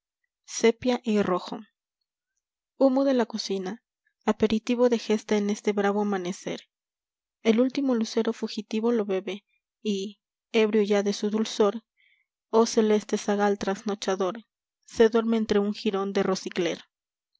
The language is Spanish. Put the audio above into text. sepia y rojo humo de la cocina aperitivo de gesta en este bravo amanecer el último lucero fugitivo lo bebe y ebrio ya de su dulzor oh celeste zagal trasnochador se duerme entre un girón de rosicler